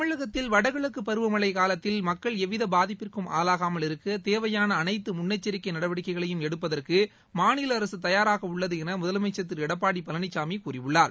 தமிழகத்தில் வடகிழக்குப் பருவமழை காலத்தில் மக்கள் எவ்வித பாதிப்பிற்கும் ஆளாகாமல் இருக்க தேவையான அனைத்து முன்னெச்சரிக்கை நடவடிக்கைகளையும் எடுப்பதற்கு மாநில அரசு தயாராக உள்ளது என முதலமைச்சர் திரு எடப்பாடி பழனிசாமி கூறியுள்ளார்